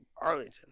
Arlington